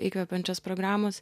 įkvepiančios programos